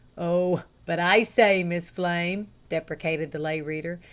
oh, but i say, miss flame, deprecated the lay reader.